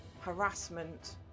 harassment